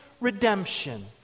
redemption